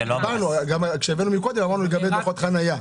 גם קודם דיברנו כדוגמה על דוחות חניה.